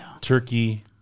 turkey